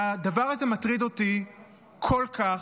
הדבר הזה מטריד אותי כל כך,